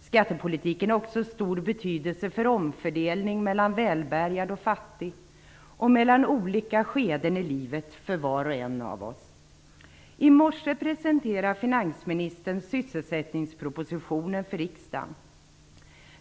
Skattepolitiken har också stor betydelse för omfördelningen mellan välbärgad och fattig, och mellan olika skeden i livet för var och en av oss. I morse presenterade finansministern sysselsättningspropositionen för riksdagen.